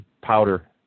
powder